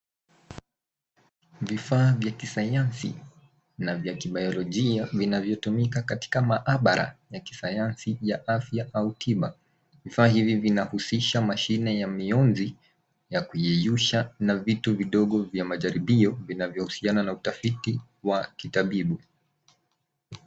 Vifaa vya kisayansi na vya kibiolojia vinavyotumika katika maabara ya kisayansi ya afya au tiba. Vifaa hivi vinahusisha mashine ya mionzi ya kuyeyusha na vitu vidogo vya majaribio vinavyohusiana na utafiti wa kitabibu.